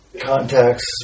contacts